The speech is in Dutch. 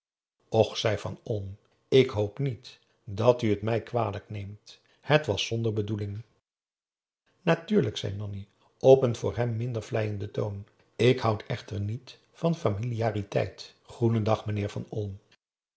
och zei van olm ik hoop niet dat u het mij kwalijk neemt het was zonder bedoeling natuurlijk zei nanni op een voor hem minder vleienden toon ik houd echter niet van familiariteit goedendag meneer van olm